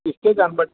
ఇస్తే దాన్నిబట్టి